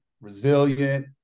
resilient